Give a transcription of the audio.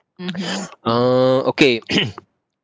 uh okay